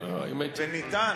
ואפשר,